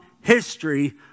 history